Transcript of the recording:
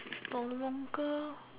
no longer